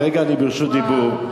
כרגע אני ברשות דיבור.